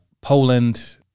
Poland